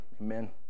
Amen